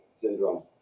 syndrome